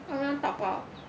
or you want to 打包